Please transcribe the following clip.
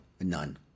None